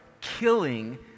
killing